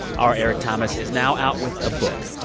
r. eric thomas is now out with a book.